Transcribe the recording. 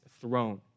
throne